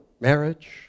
Marriage